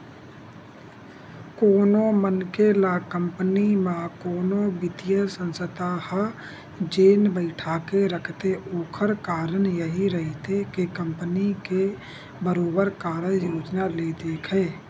कोनो मनखे ल कंपनी म कोनो बित्तीय संस्था ह जेन बइठाके रखथे ओखर कारन यहीं रहिथे के कंपनी के बरोबर कारज योजना ल देखय